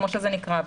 כמו שזה נקרא,